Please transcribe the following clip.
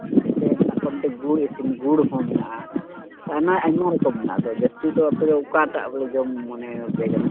ᱡᱮᱭᱥᱮ ᱢᱮᱱᱟᱜ ᱠᱚᱣᱟ ᱜᱩᱲ ᱤᱥᱤᱱ ᱜᱩᱲ ᱦᱚᱸ ᱦᱮᱱᱟᱜᱼᱟ ᱟᱭᱢᱟ ᱟᱭᱢᱟ ᱨᱚᱠᱚᱢ ᱢᱮᱱᱟᱜᱼᱟ ᱡᱟᱹᱥᱛᱤ ᱫᱚ ᱟᱯᱮ ᱚᱠᱟᱴᱟᱜ ᱵᱚᱞᱮ ᱡᱚᱢ ᱢᱚᱱᱮ ᱟᱯᱮ ᱠᱟᱱᱟ